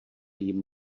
jim